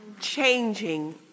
changing